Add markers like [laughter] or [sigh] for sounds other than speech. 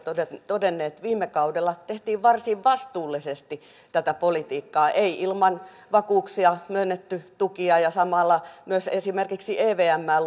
todenneet viime kaudella tehtiin varsin vastuullisesti tätä politiikkaa ei ilman vakuuksia myönnetty tukia ja samalla myös esimerkiksi evmää [unintelligible]